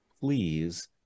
please